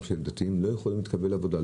שהם דתיים לא יכולים להתקבל לעבודה.